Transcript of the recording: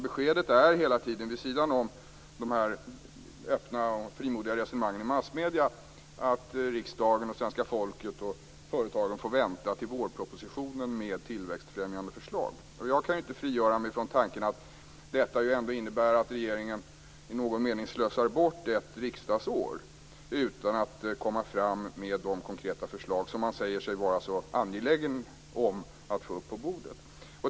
Beskedet är hela tiden, vid sidan av de här öppna och frimodiga resonemangen i massmedierna, att riksdagen, svenska folket och företagen får vänta till vårpropositionen med tillväxtfrämjande förslag. Jag kan inte frigöra mig från tanken att detta ju ändå innebär att regeringen i någon mening slösar bort ett riksdagsår utan att komma fram med de konkreta förslag som man säger sig vara så angelägen om att få upp på bordet.